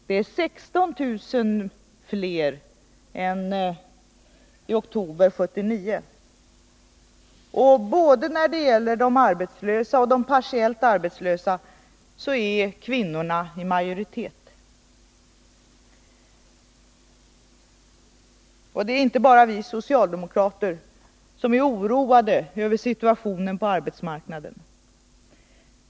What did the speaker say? Det är Nr 30 16 000 fler än i oktober 1979. Både när det gäller de arbetslösa och de partiellt Torsdagen den arbetslösa är kvinnorna i majoritet. ; nan 20 november 1980 Det är inte bara vi socialdemokrater som är oroade över situationen på arbetsmarknaden.